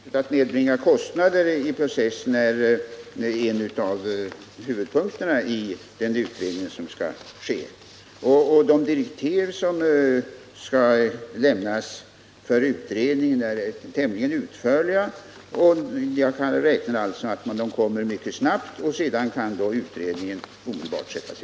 Herr talman! Frågan om att försöka nedbringa kostnaderna i patentprocessen är en av huvudpunkterna i den utredning som skal! ske. De direktiv för utredningen som skall lämnas är tämligen utförliga. Jag räknar med att de kommer mycket snabbt, och sedan kan utredningen omedelbart sättas i